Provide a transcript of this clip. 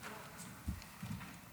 בבקשה.